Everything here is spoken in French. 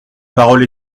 parole